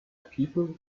people